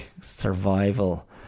survival